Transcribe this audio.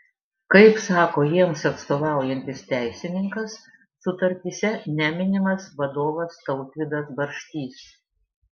kaip sako jiems atstovaujantis teisininkas sutartyse neminimas vadovas tautvydas barštys